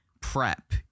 prep